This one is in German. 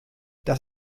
das